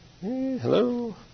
hello